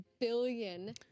billion